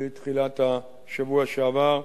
בתחילת השבוע שעבר,